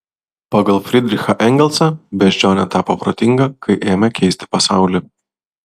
pagal fridrichą engelsą beždžionė tapo protinga kai ėmė keisti pasaulį